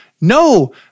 No